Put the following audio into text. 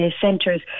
centres